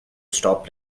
stop